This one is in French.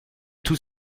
tous